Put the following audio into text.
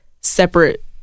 separate